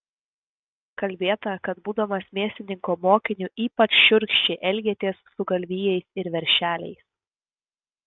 kalbėta kad būdamas mėsininko mokiniu ypač šiurkščiai elgėtės su galvijais ir veršeliais